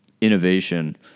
innovation